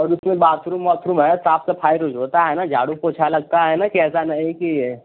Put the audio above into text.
और उसमें बाथरूम वाथरूम है साफ़ सफाई रोज़ होता है न झाड़ू पोछा लगता है न कि ऐसा नहीं कि यह